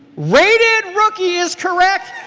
rated rookie is correct.